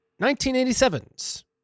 1987's